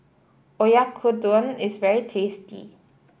Oyakodon is very tasty